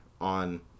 on